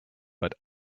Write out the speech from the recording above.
but